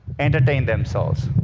entertain themselves.